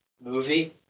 movie